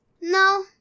No